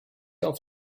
auf